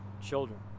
children